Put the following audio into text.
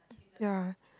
ya